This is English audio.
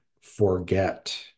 forget